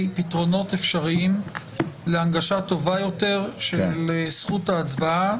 פתרונות אפשריים להנגשה טובה יותר של זכות ההצבעה,